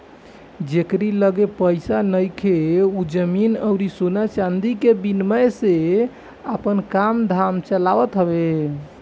जेकरी लगे पईसा नइखे उ जमीन अउरी सोना चांदी के विनिमय से आपन काम धाम चलावत हवे